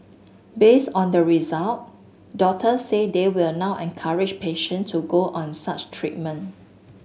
based on the result doctors say they will now encourage patient to go on such treatment